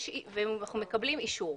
ואנחנו מקבלים אישור.